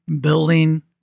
building